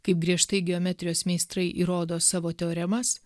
kaip griežtai geometrijos meistrai įrodo savo teoremas